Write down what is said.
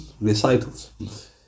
recitals